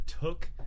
took